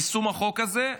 על יישום החוק הזה.